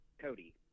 Cody